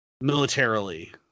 Militarily